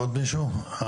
עוד מישהו?